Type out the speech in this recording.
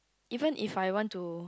even if I want to